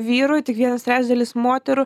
vyrų tik vienas trečdalis moterų